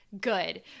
Good